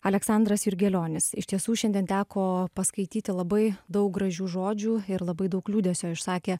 aleksandras jurgelionis iš tiesų šiandien teko paskaityti labai daug gražių žodžių ir labai daug liūdesio išsakė